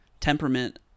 temperament